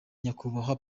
nyakubahwa